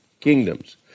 kingdoms